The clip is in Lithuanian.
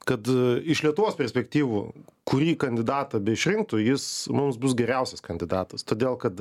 kad iš lietuvos perspektyvų kurį kandidatą beišrinktų jis mums bus geriausias kandidatas todėl kad